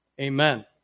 Amen